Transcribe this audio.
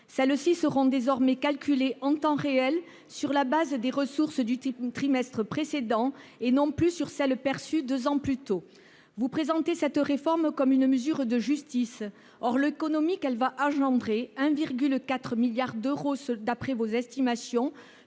Celles-ci seront désormais calculées « en temps réel » sur la base des ressources du trimestre précédent, et non plus de celles qui auront été perçues deux ans plus tôt. Vous présentez cette réforme comme une mesure de justice. Or l'économie qu'elle va engendrer- 1,4 milliard d'euros d'après vos estimations